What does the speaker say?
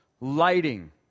lighting